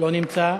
לא נמצא.